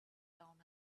town